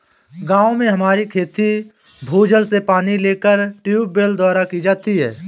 गांव में हमारी खेती भूजल से पानी लेकर ट्यूबवेल द्वारा की जाती है